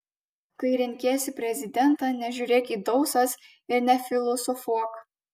kai renkiesi prezidentą nežiūrėk į dausas ir nefilosofuok